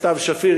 סתיו שפיר,